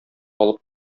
алып